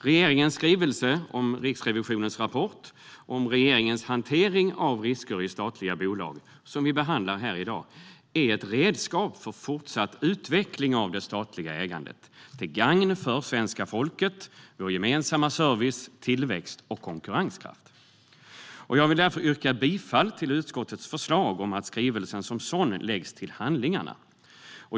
Regeringens skrivelse om Riksrevisionens rapport om regeringens hantering av risker i statliga bolag, som vi behandlar här i dag, är ett redskap för fortsatt utveckling av det statliga ägandet, till gagn för svenska folket, vår gemensamma service, tillväxt och konkurrenskraft. Jag vill därför yrka bifall till utskottets förslag att skrivelsen som sådan ska läggas till handlingarna.